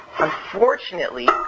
Unfortunately